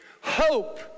hope